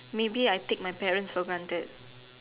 maybe I take my parents for granted